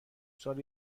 سال